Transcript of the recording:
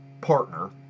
partner